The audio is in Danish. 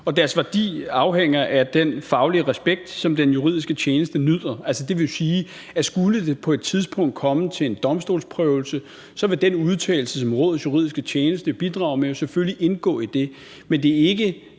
Deres værdi afhænger af den faglige respekt, som den juridiske tjeneste nyder. Altså, det vil jo sige, at skulle det på et tidspunkt komme til en domstolsprøvelse, så vil den udtalelse, som Rådets juridiske tjeneste bidrager med, selvfølgelig indgå i det.